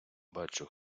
бачу